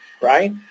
right